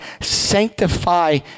sanctify